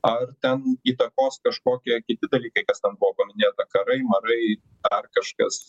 ar ten įtakos kažkokie kiti dalykai kas ten buvo paminėta karai marai dar kažkas